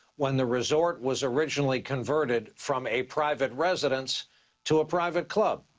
when the resort was originally converted from a private residence to a private club.